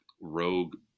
rogue